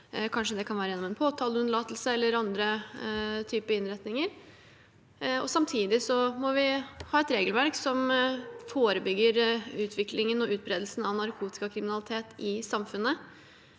kanskje være gjennom en påtaleunnlatelse eller andre type innretninger. Samtidig må vi ha et regelverk som forebygger utviklingen og utbredelsen av narkotikakriminalitet i samfunnet.